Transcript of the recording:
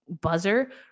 Buzzer